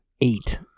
Eight